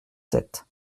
sept